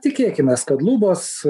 tikėkimės kad lubos